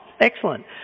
excellent